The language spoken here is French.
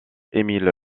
émile